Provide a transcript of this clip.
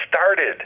started